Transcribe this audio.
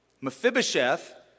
Mephibosheth